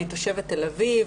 אני תושבת תל אביב.